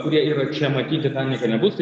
kurie yra čia matyt titanike nebus tai